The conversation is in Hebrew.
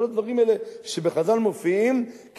כל הדברים האלה שמופיעים בחז"ל,